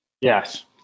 Yes